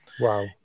Wow